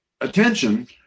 attention